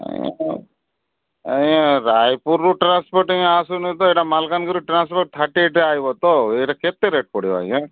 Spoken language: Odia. ଆଜ୍ଞା ରାୟପୁରରୁ ଟ୍ରାନ୍ସପୋର୍ଟଂ ଆସୁନି ତ ଏଇଟା ମାଲକାନଗିରି ରୁ ଟ୍ରାନ୍ସପୋର୍ଟ ଥାର୍ଟି ଏଇଟ୍ ଆଇବ ତ ଏଇଟା କେତେ ରେଟ୍ ପଡ଼ିବ ଆଜ୍ଞା